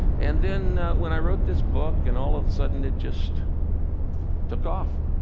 and then when i wrote this book, and all of a sudden, it just took off,